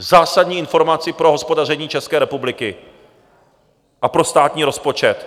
Zásadní informaci pro hospodaření České republiky a pro státní rozpočet?